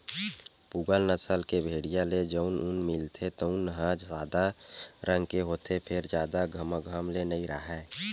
पूगल नसल के भेड़िया ले जउन ऊन मिलथे तउन ह सादा रंग के होथे फेर जादा घमघम ले नइ राहय